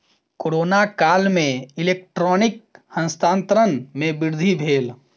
corona काल में electronic हस्तांतरण में वृद्धि भेल